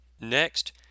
Next